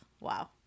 wow